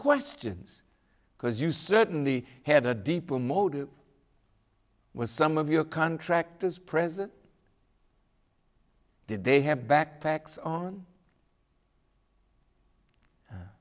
questions because you certainly have a deeper motive was some of your contractors present did they have backpacks on